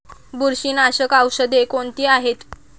बुरशीनाशक औषधे कोणती आहेत?